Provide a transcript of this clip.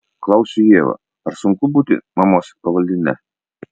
klausiu ievą ar sunku būti mamos pavaldine